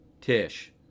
Tish